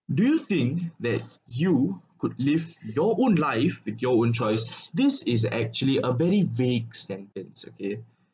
do you think that you could live your own life with your own choice this is actually a very vague sentence okay